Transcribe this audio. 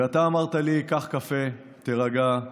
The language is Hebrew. ואתה אמרת לי: קח קפה, תירגע,